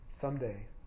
someday